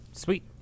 Sweet